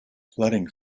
flooding